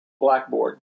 blackboard